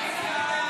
27